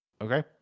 Okay